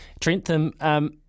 Trentham